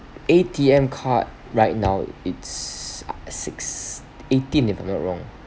A_T_M card right now it's uh six~ eighteen if I'm not wrong